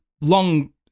long